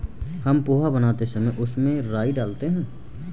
हम पोहा बनाते समय उसमें राई डालते हैं